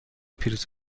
پریز